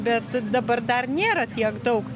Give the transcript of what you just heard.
bet dabar dar nėra tiek daug